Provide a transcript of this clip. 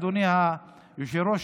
אדוני היושב-ראש,